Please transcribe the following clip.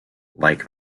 like